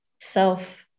self